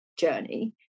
journey